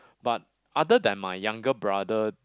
but other than my younger brother